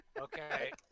Okay